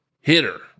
hitter